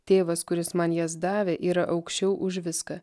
tėvas kuris man jas davė yra aukščiau už viską